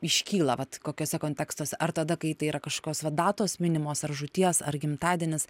iškyla vat kokiuose kontekstuose ar tada kai tai yra kažkokios va datos minimos ar žūties ar gimtadienis